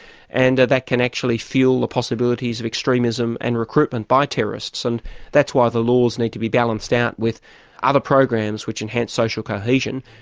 and that can actually fuel the possibilities of extremism and recruitment by terrorists. and that's why the laws need to be balanced out with other programs which enhance social cohesion,